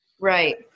Right